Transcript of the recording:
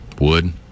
Wood